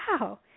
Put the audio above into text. wow